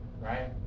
right